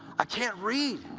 i can't read!